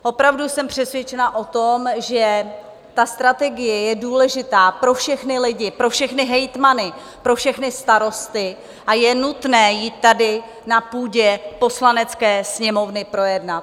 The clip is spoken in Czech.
Opravdu jsem přesvědčena o tom, že ta strategie je důležitá pro všechny lidi, pro všechny hejtmany, pro všechny starosty a je nutné ji tady na půdě Poslanecké sněmovny projednat.